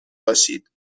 باشید